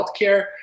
healthcare